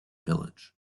village